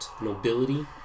nobility